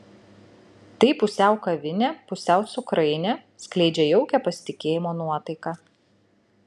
tai pusiau kavinė pusiau cukrainė skleidžia jaukią pasitikėjimo nuotaiką